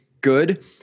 good